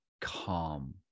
calm